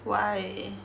why